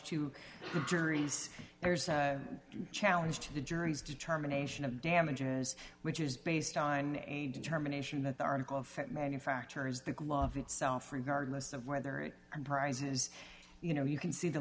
juries there's a challenge to the jury's determination of damages which is based on a determination that the article effect manufacturers the glove itself regardless of whether it comprises you know you can see the